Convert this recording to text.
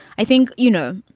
i think, you know,